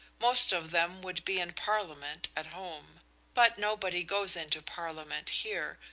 most of them would be in parliament at home but nobody goes into parliament here,